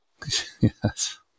yes